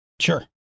Sure